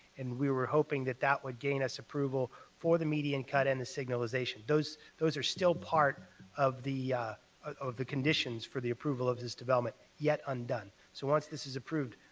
and we were hoping that that would gain us approval for the median cut and the signalization. those those are still part of the of the conditions for the approval of this development yet undone, so once this is approved,